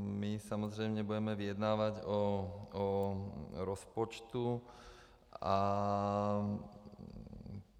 My samozřejmě budeme vyjednávat o rozpočtu a